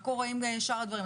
מה קורה עם שאר הדברים.